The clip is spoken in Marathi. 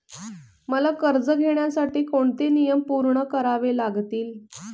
मला कर्ज घेण्यासाठी कोणते नियम पूर्ण करावे लागतील?